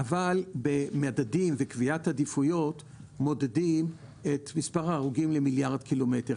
אבל במדדים וקביעת עדיפויות מודדים את מספר ההרוגים למיליארד קילומטר.